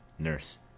nurse.